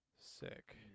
Sick